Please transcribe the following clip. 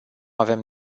avem